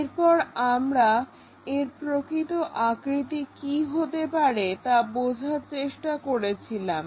এরপর আমরা এর প্রকৃত আকৃতি কি হতে পারে তা বোঝার চেষ্টা করছিলাম